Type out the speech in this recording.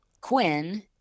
Quinn